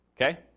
Okay